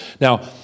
Now